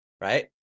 right